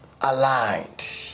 aligned